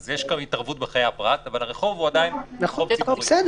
אז יש התערבות בחיי הפרט אבל הרחוב הוא עדיין מקום ציבורי.